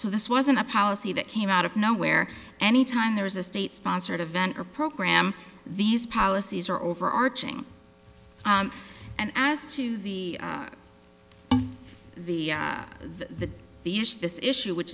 so this wasn't a policy that came out of nowhere any time there was a state sponsored event or program these policies are overarching and as to the the the the huge this issue which